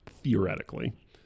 theoretically